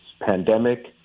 pandemic